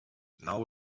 now